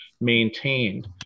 maintained